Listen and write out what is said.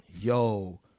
yo